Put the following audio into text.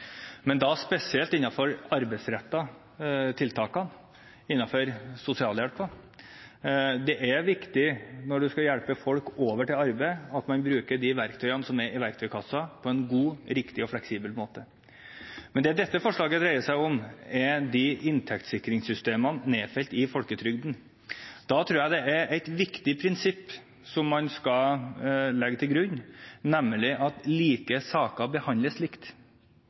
men da spesielt innenfor de arbeidsrettede tiltakene, innenfor sosialhjelpen. Det er viktig når man skal hjelpe folk over i arbeid, at man bruker de verktøyene som er i verktøykassen på en god, riktig og fleksibel måte. Men det dette forslaget dreier seg om, er inntektssikringssystemene nedfelt i folketrygden. Da tror jeg et viktig prinsipp som man skal legge til grunn, er at like saker behandles likt.